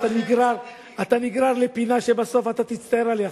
אתה נגרר לפינה שבסוף אתה תצטער עליה.